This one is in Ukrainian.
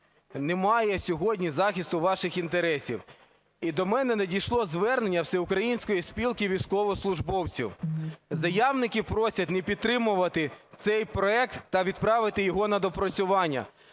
немає сьогодні захисту ваших інтересів. І до мене надійшло звернення Всеукраїнської спілки військовослужбовців. Заявники просять не підтримувати цей проект та відправити його на доопрацювання.